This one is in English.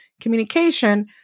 communication